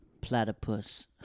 platypus